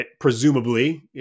presumably